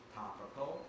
topical